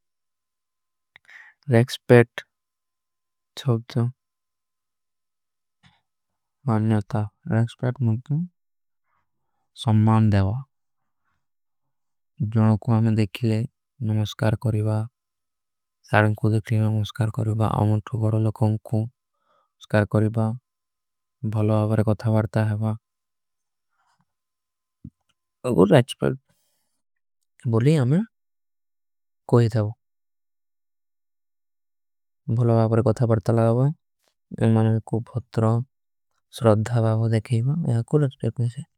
ରେକ୍ସ୍ପେଟ ଚୋଚୋ ମାନ୍ଯତା ରେକ୍ସ୍ପେଟ ମୁଝେ କୁଛ ସମ୍ମାନ ଦେଵା। ଜୋନୋ କୋ ଆମେଂ ଦେଖିଲେ ନମସ୍କାର କରୀବା ସାରେ କୋ ଦେଖିଲେ। ନମସ୍କାର କରୀବା ଅମୁଠୂ କରୋ ଲୋଗୋଂ କୋ ନମସ୍କାର କରୀବା। ଭଲୋ ଆପରେ କଥା ବାରତା ହୈବା ରେକ୍ସ୍ପେଟ। ଚୋଚୋ ମାନ୍ଯତା ରେକ୍ସ୍ପେଟ ମୁଝେ କୁଛ ସମ୍ମାନ ଦେଵା।